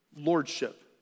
lordship